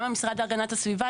גם המשרד להגנת הסביבה,